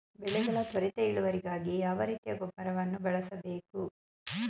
ಬೆಳೆಗಳ ತ್ವರಿತ ಇಳುವರಿಗಾಗಿ ಯಾವ ರೀತಿಯ ಗೊಬ್ಬರವನ್ನು ಬಳಸಬೇಕು?